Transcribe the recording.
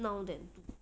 now then do